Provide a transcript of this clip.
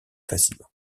facilement